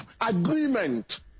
agreement